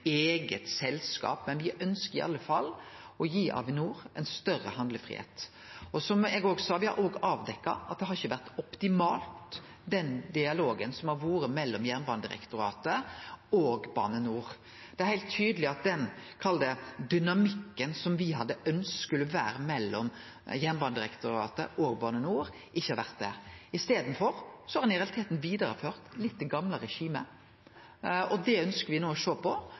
eige selskap, men me ønskjer i alle fall å gi Avinor større handlefridom. Som eg òg sa: Me har òg avdekka at den dialogen som har vore mellom Jernbanedirektoratet og Bane NOR, ikkje har vore optimal. Det er heilt tydeleg at den dynamikken som me hadde ønskt skulle vere mellom Jernbanedirektoratet og Bane NOR, ikkje har vore der. I staden har ein i realiteten vidareført det gamle regimet litt. Det ønskjer me no å sjå på